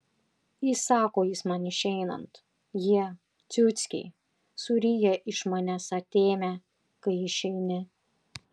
įsako jis man išeinant jie ciuckiai suryja iš manęs atėmę kai išeini